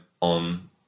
on